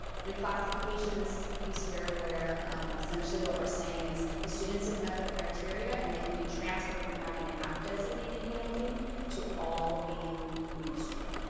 reclassification. this is the piece here where essentially what we're saying is the students have met the criteria and they can be transferred from having to have designated ah eld to all being mainstream.